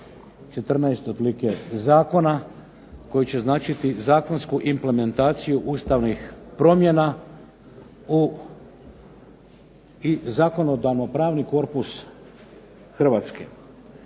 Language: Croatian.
14 otprilike zakona, koji će značiti zakonsku implementaciju ustavnih promjena i zakonodavnopravni korpus Hrvatske.